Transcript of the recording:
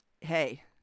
Hey